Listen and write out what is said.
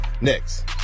Next